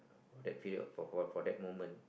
that period for a while for that moment